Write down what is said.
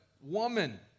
woman